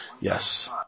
Yes